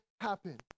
happen